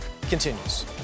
continues